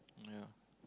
yeah